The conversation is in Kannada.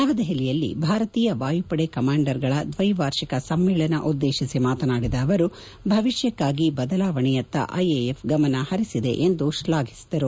ನವದೆಹಲಿಯಲ್ಲಿ ಭಾರತೀಯ ವಾಯುಪಡೆ ಕಮಾಂಡರ್ಗಳ ದ್ವೈವಾರ್ಷಿಕ ಸಮ್ಮೇಳನ ಉದ್ದೇಶಿಸಿ ಮಾತನಾಡಿದ ಅವರು ಭವಿಷ್ಯಕ್ಕಾಗಿ ಬದಲಾವಣೆಯತ್ತ ಐಎಎಫ್ ಗಮನಹರಿಸಿದೆ ಎಂದು ಶ್ಲಾಘಿಸಿದರು